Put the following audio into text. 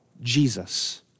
Jesus